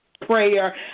prayer